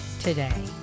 today